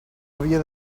havia